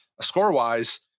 score-wise